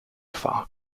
far